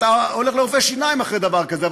אתה הולך לרופא שיניים אחרי דבר כזה,